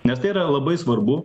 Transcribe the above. nes tai yra labai svarbu